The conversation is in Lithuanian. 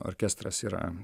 orkestras yra